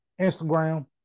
Instagram